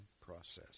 process